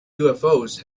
ufos